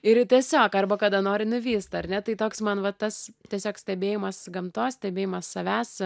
ir tiesiog arba kada nori nuvysta ar ne tai toks man va tas tiesiog stebėjimas gamtos stebėjimas savęs